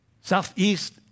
Southeast